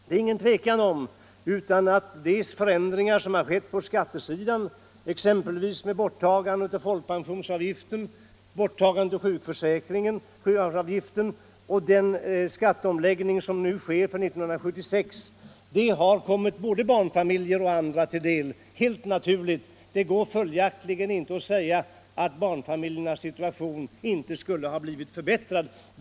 Det råder inget tvivel om att de förändringar som har skett på skattesidan, exempelvis borttagandet av folkpensionsavgiften och sjukförsäkringsavgiften samt den skatteomläggning som nu sker för 1976, helt naturligt har kommit både barnfamiljer och andra till del. Det går följaktligen inte att säga att barnfamiljernas situation inte skulle ha blivit förbättrad.